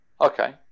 Okay